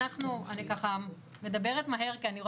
אנחנו חושבים שיש